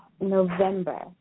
November